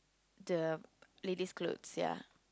the ladies' clothes ya